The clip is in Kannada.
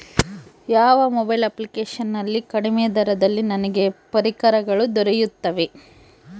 ಯಾವ ಮೊಬೈಲ್ ಅಪ್ಲಿಕೇಶನ್ ನಲ್ಲಿ ಕಡಿಮೆ ದರದಲ್ಲಿ ನನಗೆ ಪರಿಕರಗಳು ದೊರೆಯುತ್ತವೆ?